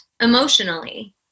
emotionally